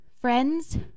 friends